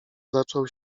zaczął